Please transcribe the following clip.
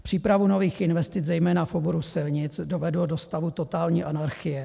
Přípravu nových investic, zejména v oboru silnic, dovedlo do stavu totální anarchie.